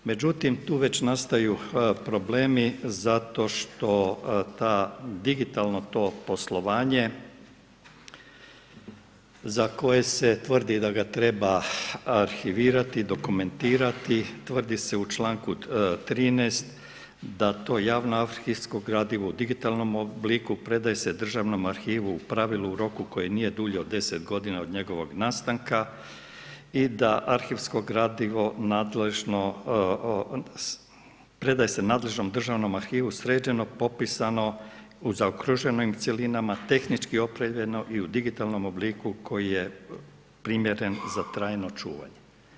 Međutim tu već nastaju problemi zato što to digitalno to poslovanje za koje se tvrdi da ga treba arhivirati, dokumentirati, tvrdi se u članku 13. da to javno arhivsko gradivo u digitalnom obliku u pravilu u roku koji nije dulji od 10 godina od njegovog nastanka i da arhivsko gradivo predaje se nadležnom državnom arhivu sređeno, popisano, u zaokruženim cjelinama, tehnički opremljeno i u digitalnom obliku koji je primjeren za trajno čuvanje.